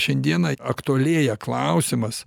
šiandieną aktualėja klausimas